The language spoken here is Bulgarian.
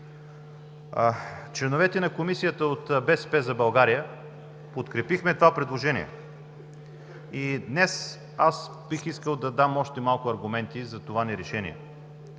Членовете на Комисията от „БСП за България“ подкрепихме това предложение. Днес аз бих искал да дам още малко аргументи за това ни решение.